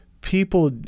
people